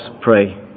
pray